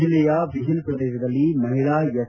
ಜಿಲ್ಲೆಯ ವಿಹಿಲ್ ಪ್ರದೇಶದಲ್ಲಿ ಮಹಿಳಾ ಎಸ್